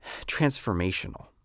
transformational